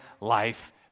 life